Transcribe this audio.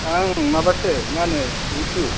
आं माबासो मा होनो निथु